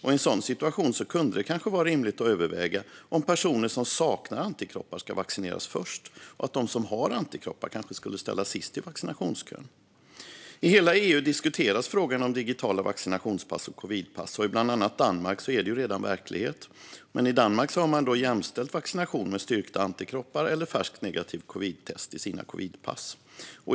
I en sådan situation kunde det kanske vara rimligt att överväga om personer som saknar antikroppar ska vaccineras först och om de som har antikroppar ska ställas sist i vaccinationskön. I hela EU diskuteras frågan om digitala vaccinationspass och covidpass, och i bland annat Danmark är det redan verklighet. I Danmark har man dock jämställt vaccination med styrkta antikroppar eller färskt negativt covidtest i sitt covidpass.